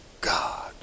God